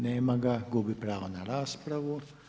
Nema ga, gubi pravo na raspravu.